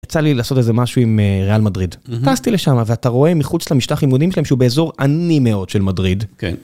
יצא לי לעשות איזה משהו עם ריאל מדריד. טסתי לשם ואתה רואה מחוץ למשטח אימונים שלהם שהוא באזור עני מאוד של מדריד.